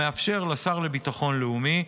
המאפשר לשר לביטחון לאומי,